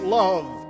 love